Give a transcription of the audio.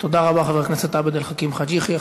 תודה רבה, חבר הכנסת עבד אל חכים חאג' יחיא.